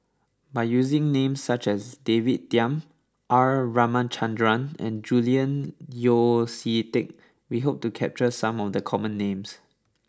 by using names such as David Tham R Ramachandran and Julian Yeo See Teck we hope to capture some of the common names